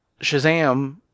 Shazam